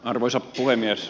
arvoisa puhemies